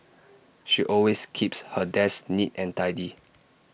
she always keeps her desk neat and tidy